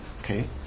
Okay